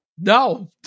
No